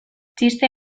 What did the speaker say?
txiste